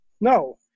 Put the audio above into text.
No